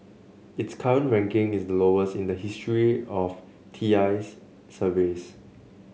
its current ranking is the lowest in the history of T I's surveys